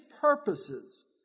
purposes